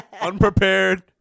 Unprepared